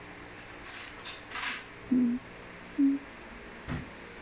mm